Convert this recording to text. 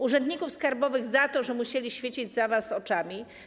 Urzędników skarbowych - za to, że musieli świecić za was oczami.